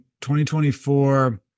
2024